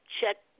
check